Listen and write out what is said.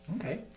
Okay